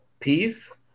peace